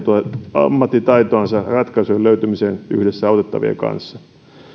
ammattitaitoansa ratkaisujen löytämiseen yhdessä autettavien kanssa